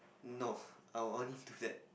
no I will only do that